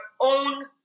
own